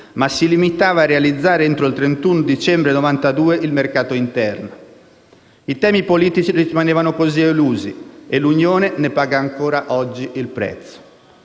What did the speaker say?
ma si limitava a realizzare, entro il 31 dicembre 1992, il mercato interno. I temi politici rimanevano così elusi e l'Unione ne paga ancora oggi il prezzo.